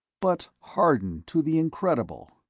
but hardened to the incredible.